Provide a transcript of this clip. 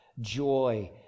joy